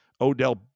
Odell